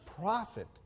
profit